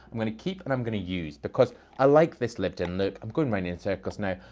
i'm going to keep, and i'm going to use because i like this lived in look. i'm going around in circles now.